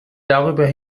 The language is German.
darüber